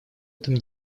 этом